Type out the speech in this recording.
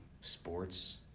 sports